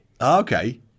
Okay